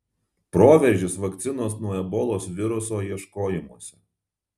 proveržis vakcinos nuo ebolos viruso ieškojimuose